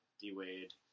D-Wade